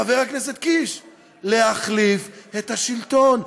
חבר הכנסת קיש, להחליף את השלטון.